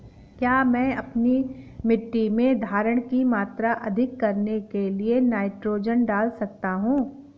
क्या मैं अपनी मिट्टी में धारण की मात्रा अधिक करने के लिए नाइट्रोजन डाल सकता हूँ?